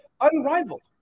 unrivaled